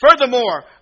Furthermore